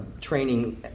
training